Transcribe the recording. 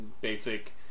basic